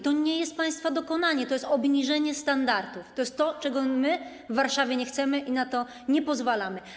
To nie jest państwa dokonanie, to jest obniżenie standardów, to jest to, czego my w Warszawie nie chcemy i na to nie pozwalamy.